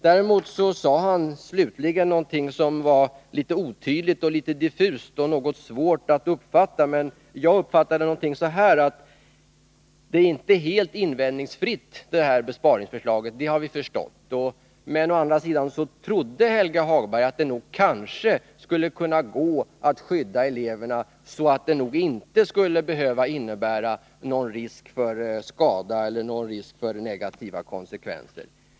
Däremot sade han slutligen någonting som var litet otydligt och diffust och något svårt att uppfatta, men som jag uppfattade ungefär så här: Besparingsförslaget är inte helt invändningsfritt, det har vi förstått. Men å andra sidan trodde Helge Hagberg att det kanske skulle kunna gå att skydda eleverna så att det nog inte skulle behöva innebära någon risk för skada eller negativa konsekvenser.